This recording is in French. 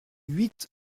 huit